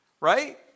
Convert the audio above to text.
right